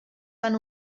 fan